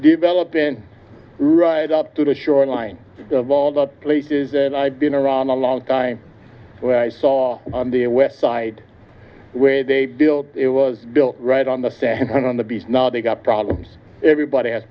developing right up to the shoreline of all the places i've been around a long time where i saw on the west side where they built it was right on the sand on the beach now they've got problems everybody has